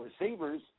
receivers